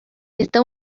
está